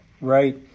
Right